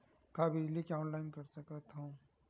का बिजली के ऑनलाइन कर सकत हव?